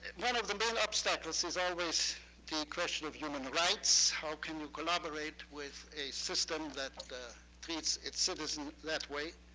one of the main obstacles is always the question of human rights. how can you collaborate with a system that treats its citizens that way?